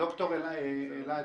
ד"ר אלעד,